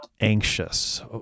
anxious